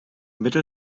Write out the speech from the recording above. mittel